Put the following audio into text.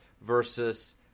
versus